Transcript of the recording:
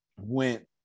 went